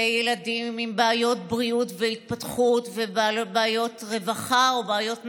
ילדים עם בעיות בריאות והתפתחות ובעיות רווחה או בעיות נפשיות.